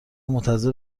منتظر